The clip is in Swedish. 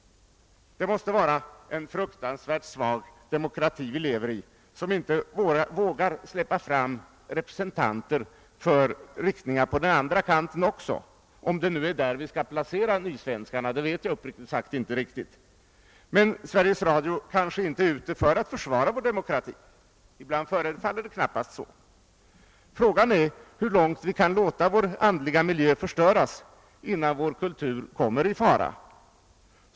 Det måste vara en fruktansvärt svag demokrati vi lever i, som inte vågar släppa fram representanter för riktningar från den andra kanten också — om det nu är där vi skall placera nysvenskarna; det vet jag uppriktigt sagt inte. Men Sveriges Radio är kanske inte ute efter att försvara demokratin. Ibland förefaller det knappast vara så. Frågan är hur långt vi kan låta vår andliga miljö förstöras, innan vår kultur kommer i allvarlig fara.